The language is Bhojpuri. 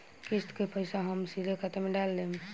किस्त के पईसा हम सीधे खाता में डाल देम?